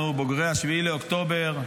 אנחנו בוגרי 7 באוקטובר,